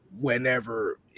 whenever